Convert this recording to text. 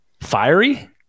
fiery